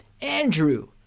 Andrew